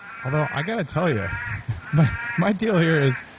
although i've got to tell you my deal here is,